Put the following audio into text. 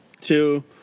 two